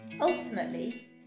Ultimately